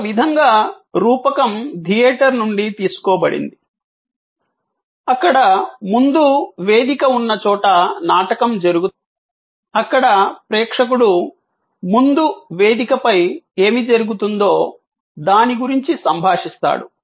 ఒక విధంగా రూపకం థియేటర్ నుండి తీసుకోబడింది అక్కడ ముందు వేదిక ఉన్న చోట నాటకం జరుగుతోంది అక్కడ ప్రేక్షకుడు ముందు వేదికపై ఏమి జరుగుతుందో దాని గురించి సంభాషిస్తాడు